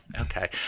okay